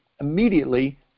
immediately